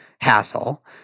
hassle